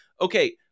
okay